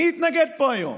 מי יתנגד פה היום?